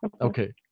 Okay